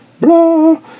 blah